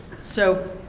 so,